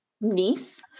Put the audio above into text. niece